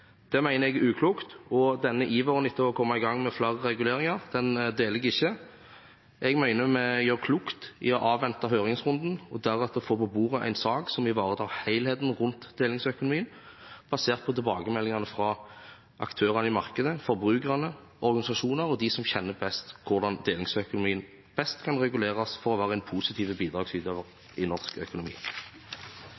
Det mener jeg er uklokt, og denne iveren etter å komme i gang med flere reguleringer deler jeg ikke. Jeg mener vi gjør klokt i å avvente høringsrunden og deretter få på bordet en sak som ivaretar helheten rundt delingsøkonomien basert på tilbakemeldingene fra aktører i markedet, forbrukerne, organisasjoner og dem som kjenner best hvordan delingsøkonomien best kan reguleres for å være en